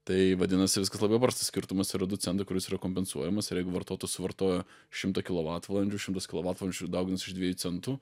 tai vadinasi viskas labai paprasta skirtumas yra du centai kuris yra kompensuojamas ir jeigu vartotojas suvartoja šimtą kilovatvalandžių šimtas kilovatvalandžių dauginus iš dviejų centų